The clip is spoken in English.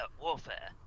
warfare